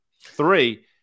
three